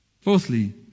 Fourthly